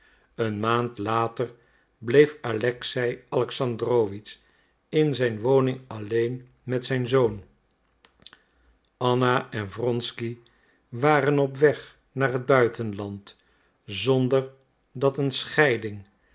een maand later bleef alexei alexandrowitsch in zijn woning alleen met zijn zoon anna en wronsky waren op weg naar het buitenland zonder dat een scheiding